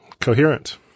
coherent